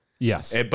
Yes